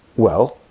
well,